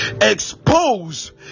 expose